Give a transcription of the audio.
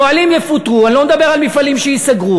פועלים יפוטרו, אני לא מדבר על מפעלים שייסגרו.